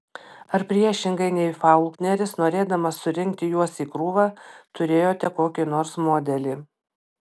ar priešingai nei faulkneris norėdamas surinkti juos į krūvą turėjote kokį nors modelį